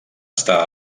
està